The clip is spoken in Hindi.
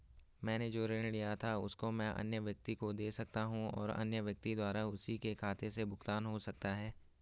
मैंने जो ऋण लिया था उसको मैं अन्य व्यक्ति को दें सकता हूँ और अन्य व्यक्ति द्वारा उसी के खाते से भुगतान हो सकता है?